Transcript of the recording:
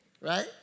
right